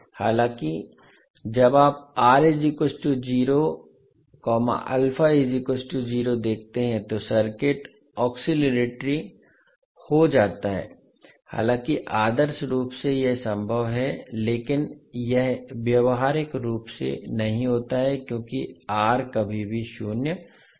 हालाँकि जब आप देखते हैं तो सर्किट ओस्किलटरी हो जाता है हालांकि आदर्श रूप से यह संभव है लेकिन यह व्यावहारिक रूप से नहीं होता है क्योंकि r कभी भी शून्य नहीं होगा